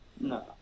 No